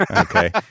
okay